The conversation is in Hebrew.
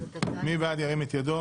מי בעד ירים את ידו.